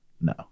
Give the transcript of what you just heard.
No